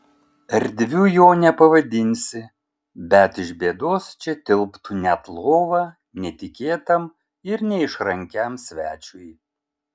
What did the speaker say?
erdviu jo nepavadinsi bet iš bėdos čia tilptų net lova netikėtam ir neišrankiam svečiui